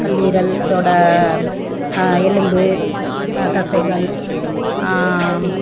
கல்லீரல் அதோட எலும்பு தசைகள்